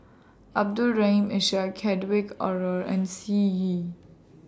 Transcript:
Abdul Rahim Ishak Hedwig Anuar and Sun Yee